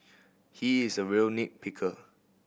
he is a real nit picker